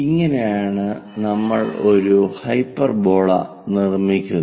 ഇങ്ങനെ ആണ് നമ്മൾ ഒരു ഹൈപ്പർബോള നിർമ്മിക്കുന്നത്